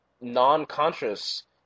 non-conscious